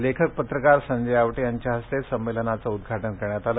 लेखक पत्रकार संजय आवटे यांच्या हस्ते संमेलनाचं उद्घाटन करण्यात आलं